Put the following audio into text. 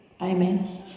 Amen